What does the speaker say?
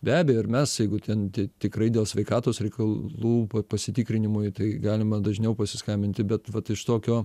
be abejo ir mes jeigu ten tikrai dėl sveikatos reikalų pasitikrinimui tai galima dažniau pasiskambinti bet vat iš tokio